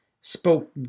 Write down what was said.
spoke